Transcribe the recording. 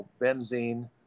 benzene